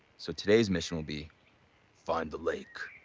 so today's mission will be find the lake.